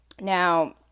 Now